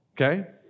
Okay